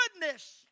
goodness